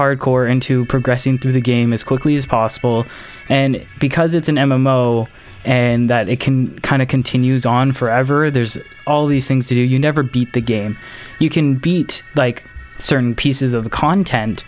hardcore into progressing through the game as quickly as possible and because it's an m m o and that it can kind of continues on forever there's all these things to you never beat the game you can beat like certain pieces of content